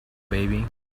baby